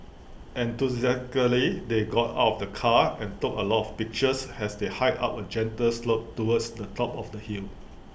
enthusiastically they got out of the car and took A lot of pictures as they hiked up A gentle slope towards the top of the hill